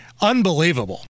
Unbelievable